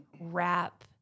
wrap